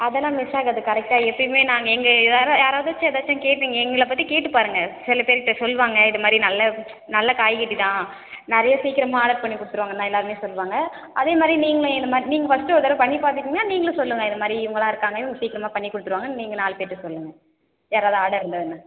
அதெலாம் மிஸ் ஆகாது கரெக்டாக எப்பயுமே நாங்கள் எங்கே யார யாராதாச்சும் ஏதாச்சும் கேட்டீங்க எங்களை பற்றி கேட்டுப்பாருங்கள் சில பெயருகிட்ட சொல்லுவாங்கள் இதுமாதிரி நல்ல நல்ல காய்கறிதான் நிறையா சீக்கிரமாக ஆர்டர் பண்ணி கொடுத்துருவாங்கன்னுதான் எல்லாருமே சொல்லுவாங்கள் அதேமாதிரி நீங்களும் என்னமாதிரி நீங்கள் ஃபஸ்ட்டு ஒருதடவை பண்ணி பார்த்துட்டிங்கன்னா நீங்களும் சொல்லுங்கள் இதுமாதிரி இவங்களாம் இருக்காங்க இவங்க சீக்கிரமாக பண்ணி கொடுத்துருவாங்க நீங்கள் நாலு பெயர்ட்ட சொல்லுங்கள் யாராவது ஆர்டர் இருந்ததுன்னா